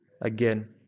again